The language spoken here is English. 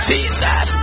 Jesus